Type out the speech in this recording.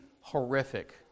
horrific